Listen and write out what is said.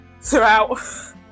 throughout